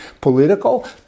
political